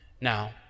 Now